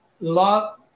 love